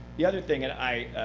the other thing that i